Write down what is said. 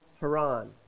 Haran